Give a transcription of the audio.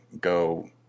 go